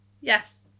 Yes